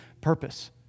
purpose